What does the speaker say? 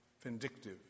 vindictive